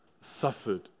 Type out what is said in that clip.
suffered